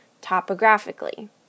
topographically